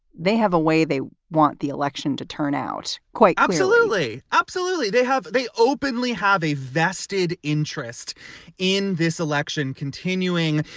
they have a way. they want the election to turn out quite absolutely. absolutely. they have. they openly have a vested interest in this election continuing.